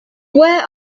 where